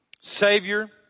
savior